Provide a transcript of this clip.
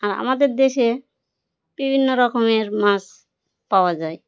আর আমাদের দেশে বিভিন্ন রকমের মাছ পাওয়া যায়